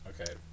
okay